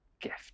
gift